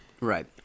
Right